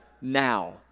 now